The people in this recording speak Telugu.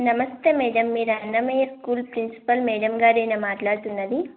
నమస్తే మేడం మీరు అన్నమయ్య స్కూల్ ప్రిన్సిపల్ మేడం గారేనా మాట్లాడుతున్నది